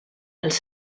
els